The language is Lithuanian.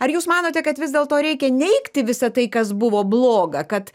ar jūs manote kad vis dėlto reikia neigti visa tai kas buvo bloga kad